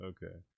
Okay